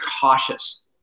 cautious